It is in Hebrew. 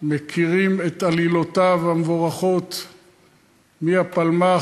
מכירים את עלילותיו המבורכות מהפלמ"ח,